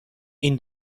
این